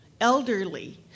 elderly